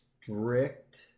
strict